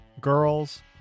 Girls